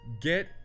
get